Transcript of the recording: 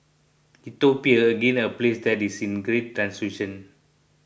Ethiopia again a place that is in great transition